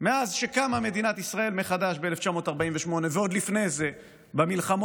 מאז שקמה מדינת ישראל מחדש ב-1948 ועוד לפני כן במלחמות,